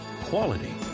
quality